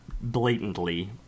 blatantly